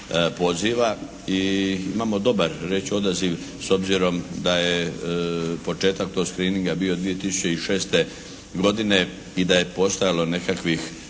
i imamo dobar reći ću odaziv s obzirom da je početak tog screeninga bio 2006. godine i da je postojalo nekakvih